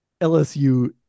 lsu